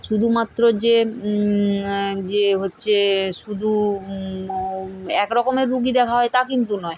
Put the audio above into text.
শুধুমাত্র যে যে হচ্ছে শুধু এক রকমের রোগী দেখা হয় তা কিন্তু নয়